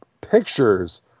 pictures